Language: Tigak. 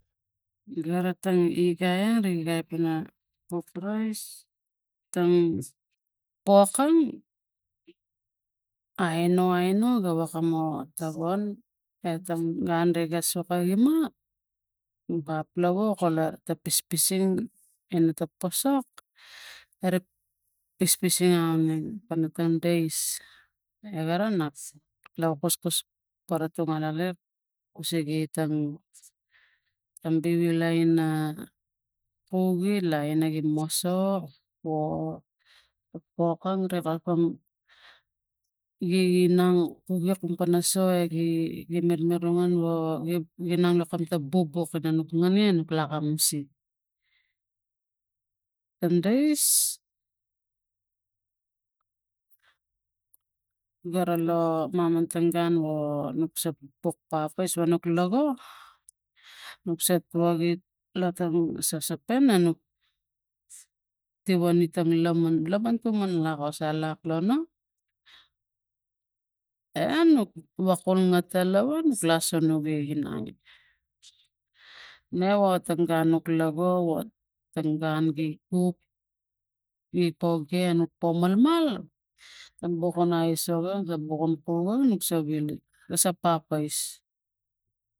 Kara tang igai a igai tana pok rais tang pokang a ino aino ga wekam o tabuan etang gun e ga soko ima paplava kola ta pispising tono posposok erik pispising auneng pana tamdais ewara kusigi kam tam vivilai ina kuge la ina i mosong o pokang ri kalapang gi inang kuge pana so e gi marmarangan o gi inang kamka bobo pana nok ngange nok lakamus e tandais gara lo ma matangun wo nok sapok pagas lo nuk tiwam itam laman. laman tuman lakos alak lo no e nuk wokum ngat tam lava nuk lasono ginang. ne wowong gun ik lago wotong gun gi kuk i poke no po gi malamal a bukana aisok gan nu bukon nuk sokilung asa papkais.